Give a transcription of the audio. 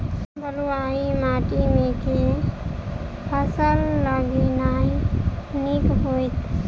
बलुआही माटि मे केँ फसल लगेनाइ नीक होइत?